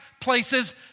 places